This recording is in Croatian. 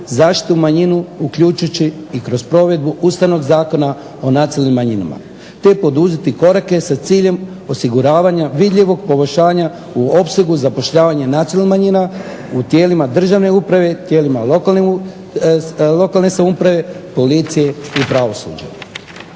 zaštitu manjina uključujući i kroz provedbu Ustavnog zakona o nacionalnim manjinama te poduzeti korake sa ciljem osiguravanja vidljivog poboljšanja u opsegu zapošljavanja nacionalnih manjina u tijelima državne uprave, tijelima lokalne samouprave, policije i pravosuđa.